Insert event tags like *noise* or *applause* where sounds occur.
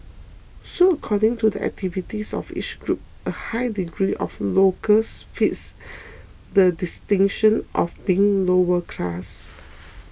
so according to the activities of each group a high degree of locals fit *noise* the distinction of being lower class *noise*